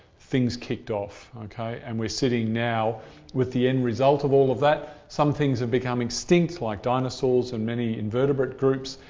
things kicked off and we're sitting now with the end result of all of that. some things have become extinct like dinosaurs and many invertebrate groups,